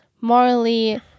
morally